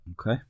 okay